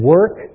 Work